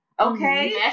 Okay